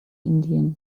indien